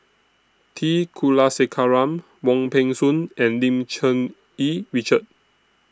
T Kulasekaram Wong Peng Soon and Lim Cherng Yih Richard